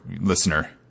listener